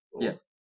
Yes